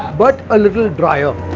but a little drier.